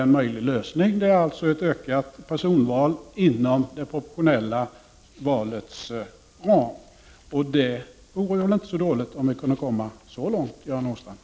En möjlig lösning är alltså ett ökat personval inom det proportionella valets ram. Det vore väl inte så dåligt om vi kunde komma så långt, Göran Åstrand.